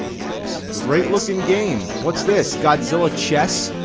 great looking game. what's this godzilla chess?